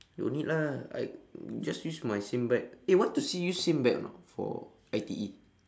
no need lah I just use my same bag eh want to still use same bag or not for I_T_E